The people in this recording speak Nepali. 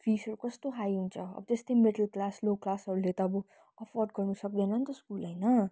फिसहरू कस्तो हाई हुन्छ त्यस्तै मिडल क्लास लो क्लासहरूले त अब एफोर्ड गर्नु सक्दैन नि त होइन